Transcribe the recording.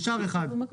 נשאר אחד.